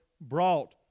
brought